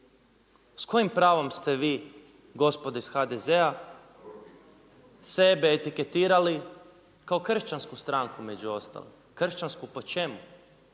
S kojim pravom ste vi gospodo iz HDZ-a sebe etiketirali kao kršćansku stranku među ostalim? Kršćansku po čemu?